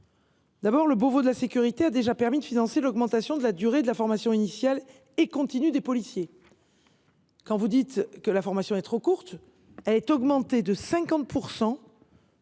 axe, le Beauvau de la sécurité a déjà permis de financer l’augmentation de la durée de la formation initiale et continue des policiers. Vous dites que la formation est trop courte ? La durée des